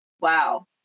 Wow